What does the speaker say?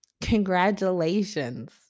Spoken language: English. Congratulations